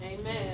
Amen